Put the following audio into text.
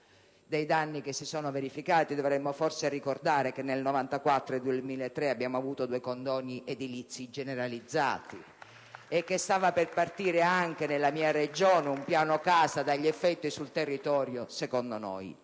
dei danni che si sono verificati, dovremmo forse ricordare che nel 1994 e nel 2003 vi sono stati due condoni edilizi generalizzati e che stava per partire, anche nella mia Regione, un piano casa dagli effetti sul territorio, a nostro